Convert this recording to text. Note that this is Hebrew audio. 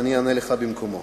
אני אענה לך במקום לו.